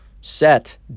set